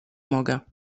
mogę